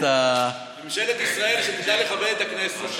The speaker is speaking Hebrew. ממשלת ישראל, שתדע לכבד את הכנסת.